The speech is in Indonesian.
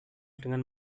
dengan